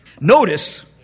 Notice